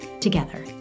together